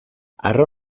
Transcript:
harro